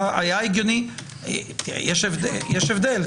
יש הבדל.